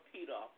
Peter